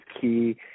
key